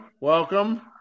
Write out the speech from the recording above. welcome